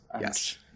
yes